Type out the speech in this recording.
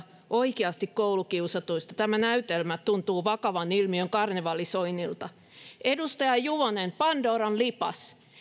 oikeasti koulukiusatuista tämä näytelmä tuntuu vakavan ilmiön karnevalisoinnilta edustaja juvonen pandoran lipas